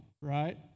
right